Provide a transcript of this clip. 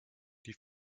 die